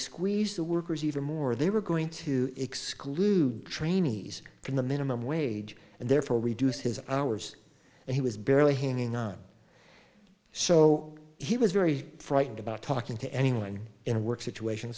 squeeze the workers even more they were going to exclude trainees from the minimum wage and therefore reduce his hours and he was barely hanging on so he was very frightened about talking to anyone in a work situation